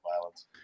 violence